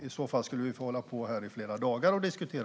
I så fall skulle vi få diskutera detta i flera dagar här.